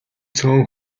цөөн